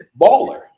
baller